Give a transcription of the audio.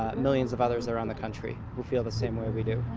ah millions of others around the country who feel the same way we do.